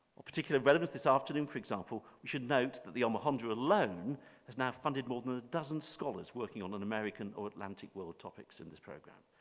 a particular relevance this afternoon for example, we should note that the omohundro alone has now funded more than a dozen scholars working on an american or atlantic world topics in this program.